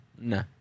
No